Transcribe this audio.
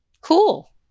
cool